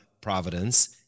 Providence